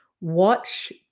watch